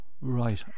Right